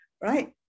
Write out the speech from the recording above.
right